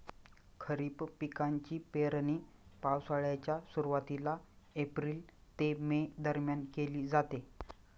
खरीप पिकांची पेरणी पावसाळ्याच्या सुरुवातीला एप्रिल ते मे दरम्यान केली जाते